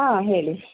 ಆಂ ಹೇಳಿ